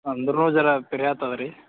ಅಂದರೂ ಜರಾ ಪಿರಿ ಆಗ್ತದ್ ರೀ